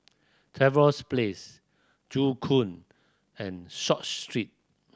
Trevose Place Joo Koon and Short Street